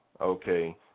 okay